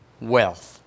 wealth